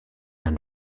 and